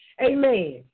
Amen